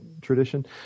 tradition